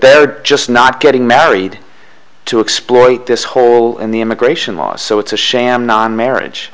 they're just not getting married to exploit this hole in the immigration laws so it's a sham non marriage